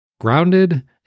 Grounded